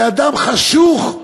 לאדם חשוך,